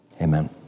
Amen